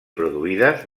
produïdes